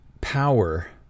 power